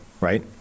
right